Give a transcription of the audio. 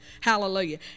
Hallelujah